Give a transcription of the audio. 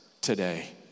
today